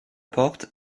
porte